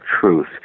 truth